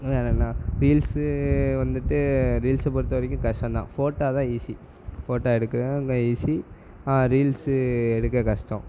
வேற என்ன ரீல்ஸு வந்துட்டு ரீல்ஸை பொறுத்த வரைக்கும் கஷ்டந்தான் ஃபோட்டா தான் ஈஸி ஃபோட்டா எடுக்க தான் ரொம்ப ஈஸி ரீல்ஸு எடுக்க கஷ்டம்